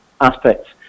aspects